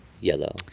yellow